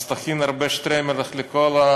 אז תכין הרבה שטריימלך לכל,